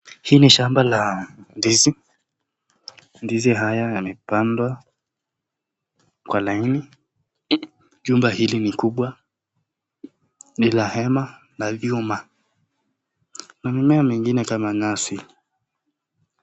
Hii ni shamba la ndizi, ndizi haya yamepandwa kwa laini, jumba hili ni kubwa, ni la hema na vyuma na mimea mengine kama nyasi.